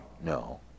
no